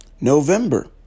November